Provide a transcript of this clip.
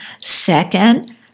Second